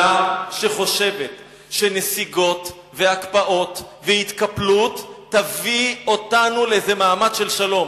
שחושבת שנסיגות והקפאות והתקפלות יביאו אותנו לאיזה מעמד של שלום.